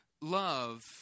love